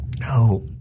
no